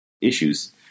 issues